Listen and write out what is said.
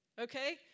Okay